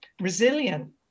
resilient